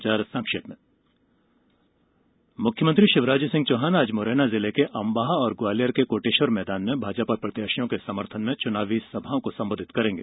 समाचार संक्षेप में मुख्यमंत्री शिवराज सिंह चौहान आज मुरैना जिले के अंबाह और ग्वालियर के कोटेश्वर मैदान में भाजपा प्रत्याशियों के समर्थन में चुनावी सभा को संबोधित करेंगे